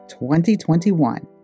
2021